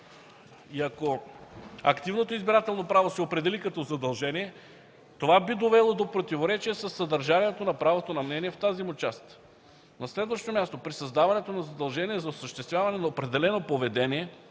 и ако активното избирателно право се определи като задължение, това би довело до противоречие със съдържанието на правото на мнение в тази му част. На следващо място, при създаването на задължение за осъществяване на определено поведение